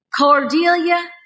Cordelia